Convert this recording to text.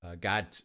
God